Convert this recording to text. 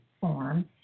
form